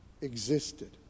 existed